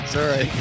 Sorry